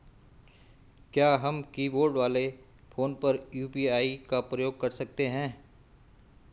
क्या हम कीबोर्ड वाले फोन पर यु.पी.आई का प्रयोग कर सकते हैं?